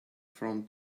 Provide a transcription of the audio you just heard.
from